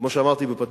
מה שאמרתי בפתיח.